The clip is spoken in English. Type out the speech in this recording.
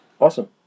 Awesome